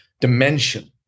dimension